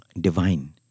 divine